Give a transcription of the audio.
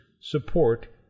support